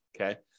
Okay